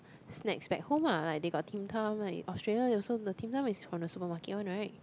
snacks back home ah like they got Tim Tam like Australia they also the Tim Tam is from the supermarket one right